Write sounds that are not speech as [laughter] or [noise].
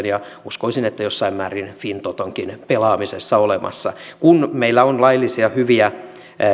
[unintelligible] ja uskoisin että jossain määrin fintotonkin pelaamisessa olemassa kun meillä on laillisia hyviä